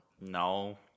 No